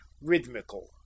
rhythmical